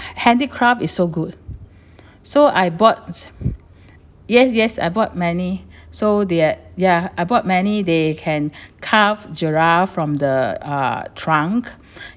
handicraft is so good so I bought yes yes I bought many so they're ya I bought many they can carve giraffe from the uh trunk